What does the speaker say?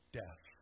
death